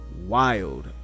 wild